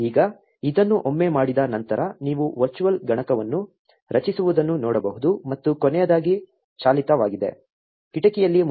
ಈಗ ಇದನ್ನು ಒಮ್ಮೆ ಮಾಡಿದ ನಂತರ ನೀವು ವರ್ಚುವಲ್ ಗಣಕವನ್ನು ರಚಿಸಿರುವುದನ್ನು ನೋಡಬಹುದು ಮತ್ತು ಕೊನೆಯದಾಗಿ ಚಾಲಿತವಾಗಿದೆ ಕಿಟಕಿಯಲ್ಲಿ ಮೂರನೆಯದು